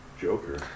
Joker